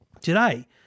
Today